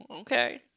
okay